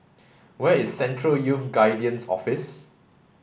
where is Central Youth Guidance Office